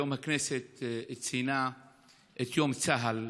היום הכנסת ציינה את יום צה"ל,